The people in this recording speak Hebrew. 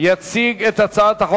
ולקריאה שלישית.